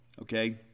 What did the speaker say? okay